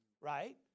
right